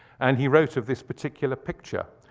and he wrote of this particular picture.